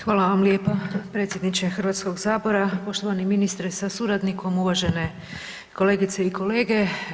Hvala lijepa, predsjedniče Hrvatskog sabora, poštovani ministre sa suradnikom, uvažene kolegice i kolege.